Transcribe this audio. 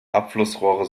abflussrohre